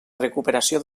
recuperació